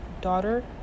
daughter